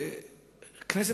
אנחנו מקיימים היום בכנסת,